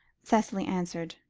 cicely answered,